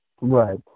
Right